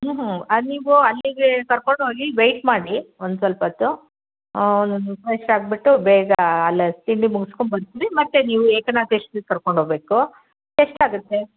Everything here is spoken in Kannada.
ಊಂ ಹ್ಞೂ ಅದು ನೀವು ಅಲ್ಲಿಗೆ ಕರ್ಕೊಂಡೋಗಿ ವೇಟ್ ಮಾಡಿ ಒಂದು ಸಲ್ಪೊತ್ತು ಫ್ರೆಶ್ ಆಗಿಬಿಟ್ಟು ಬೇಗ ಅಲ್ಲೇ ತಿಂಡಿ ಮುಗಿಸಿಕೊಂಡು ಬರ್ತೀವಿ ಮತ್ತೆ ನೀವು ಏಕನಾಥೇಶ್ವರಿಗೆ ಕರ್ಕೊಂಡೋಗ್ಬೇಕು ಎಷ್ಟಾಗುತ್ತೆ